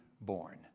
born